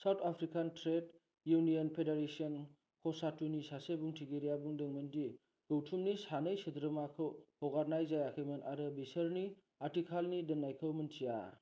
South African Trade Union Federation कसाटुनि सासे बुंथिगिरिया बुंदोमोन दि गौथुमनि सानै सोद्रोमाखौ हागारनाय जायाखैमोन आरो बोसोरनि आथिखालनि दोन्नायखौ मोन्थिया